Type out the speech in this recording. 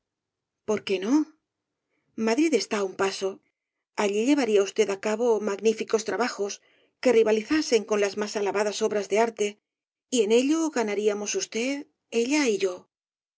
por qué no madrid está á un paso allí llevaría usted á cabo magníficos trabajos que rivalizasen con las más alabadas obras de arte y en ello ganaríamos usted ella y yo